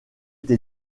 été